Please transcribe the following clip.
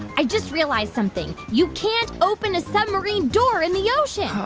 i just realized something. you can't open a submarine door in the ocean.